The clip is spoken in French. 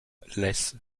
laisse